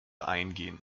eingehen